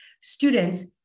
Students